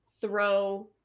throw